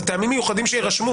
אלה טעמים מיוחדים שיירשמו.